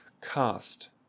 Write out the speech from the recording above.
Cast